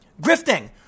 Grifting